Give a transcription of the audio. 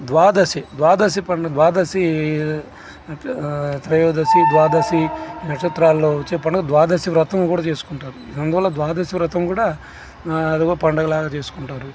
ద్వాదశి ద్వాదశి పండుగ ద్వాదశి త్రయోదశి ద్వాదశి నక్షత్రాలలో వచ్చే పండుగ ద్వాదశి వ్రతం కూడా చేసుకుంటారు అందువల్ల ద్వాదశి వ్రతం కూడా అది కూడా పండుగ లాగా చేసుకుంటారు